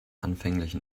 anfänglichen